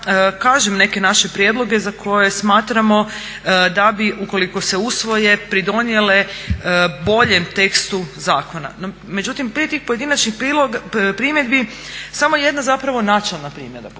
kažem neke naše prijedloge za koje smatramo da bi ukoliko se usvoje pridonijele boljem tekstu zakona. Međutim, prije tih pojedinačnih primjedbi samo je jedna zapravo načelna primjedba.